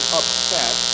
upset